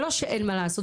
זה לא שאין מה לעשות.